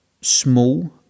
small